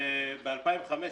ב-2015 ו-2016,